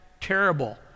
terrible